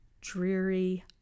dreary